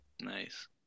Nice